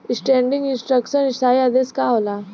Standing instruction स्थाई आदेश का होला?